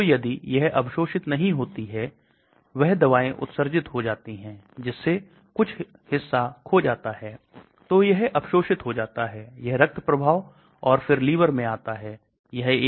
यहां एक अवरोध है जो मस्तिष्क को रक्त क्षेत्र के बाकी हिस्सों से अलग करता है ताकि विषाक्त पदार्थों और वायरस को पार करने और मस्तिष्क में प्रवेश करने से रोका जा सके